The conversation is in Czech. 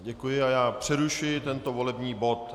Děkuji a já přerušuji tento volební bod.